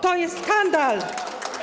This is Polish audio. To jest skandal.